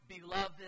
beloved